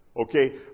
Okay